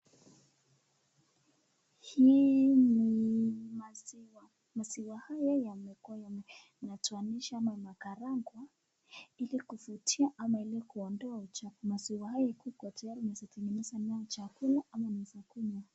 Hii ni maziwa, maziwa haya yamekuwa yanatoanisha ama yanakarangwa ili kuvutia ama ili kuondoa uchafu, maziwa haya ikiwa iko tayari inaweza tengeneza nayo chakula ama unaweza kunywa.